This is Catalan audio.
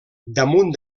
damunt